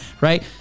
right